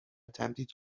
تمدید